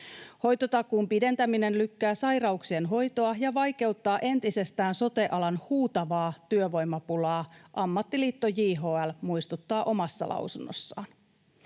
”Hoitotakuun pidentäminen lykkää sairauksien hoitoa ja vaikeuttaa entisestään sote-alan huutavaa työvoimapulaa”, ammattiliitto JHL muistuttaa omassa lausunnossaan.